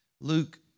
Luke